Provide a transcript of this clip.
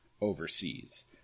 overseas